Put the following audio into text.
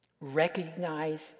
recognize